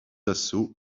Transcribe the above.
assauts